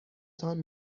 تان